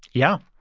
yeah.